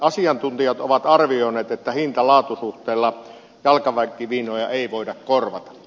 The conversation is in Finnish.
asiantuntijat ovat arvioineet että hintalaatu suhteella jalkaväkimiinoja ei voida korvata